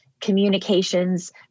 communications